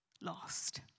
lost